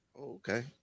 okay